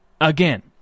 again